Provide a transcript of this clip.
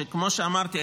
כמו שאמרתי,